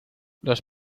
los